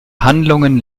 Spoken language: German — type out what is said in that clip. handlungen